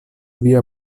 viaj